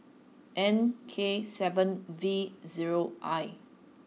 N K seven V zero I